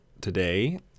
today